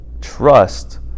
trust